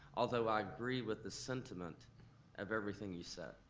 although i agree with the sentiment of everything you said.